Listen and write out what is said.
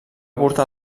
portar